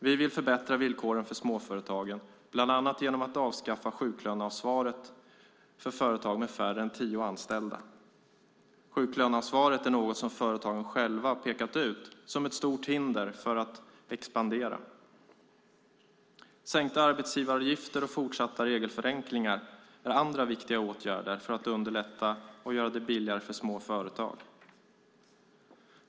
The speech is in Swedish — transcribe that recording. Vi vill förbättra villkoren för småföretagen bland annat genom att avskaffa sjuklöneansvaret för företag med färre än tio anställda. Sjuklöneansvaret är något som företagen själva pekat ut som ett stort hinder för att expandera. Sänkta arbetsgivaravgifter och fortsatta regelförenklingar är andra viktiga åtgärder för att underlätta och göra det billigare för små företag.